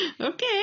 Okay